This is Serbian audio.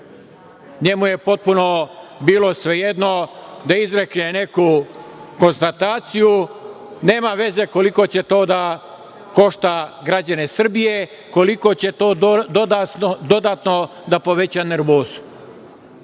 Njemu je potpuno bilo svejedno da izrekne neku konstataciju, nema veze koliko će to da košta građane Srbije, koliko će to dodatno da poveća nervozu. Mi